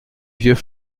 vieux